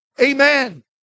Amen